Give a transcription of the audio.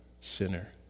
sinner